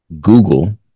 Google